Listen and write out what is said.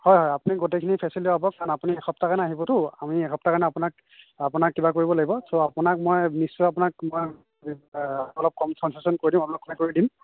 হয় হয় আপুনি গোটেইখিনি ফেচেলিটি পাব কাৰণ আপুনি এসপ্তাহ কাৰণে আহিবতো আমি এসপ্তাহৰ কাৰণে আপোনাক আপোনাক কিবা কৰিব লাগিব চ' আপোনাক মই নিশ্চয় আপোনাক মই অলপ কনচেছন কৰি দিম আপোনাক কৰি দিম